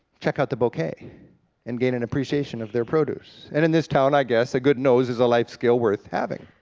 check out the bouquet and gain an appreciation of their produce, and in this town, i guess a good nose is a life skill worth having.